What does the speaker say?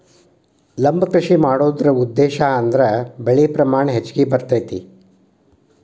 ಲಂಬ ಕೃಷಿ ಮಾಡುದ್ರ ಉದ್ದೇಶಾ ಅಂದ್ರ ಬೆಳೆ ಪ್ರಮಾಣ ಹೆಚ್ಗಿ ಬರ್ತೈತಿ